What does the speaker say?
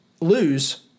lose